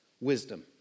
wisdom